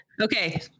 okay